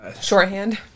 Shorthand